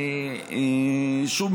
שוב,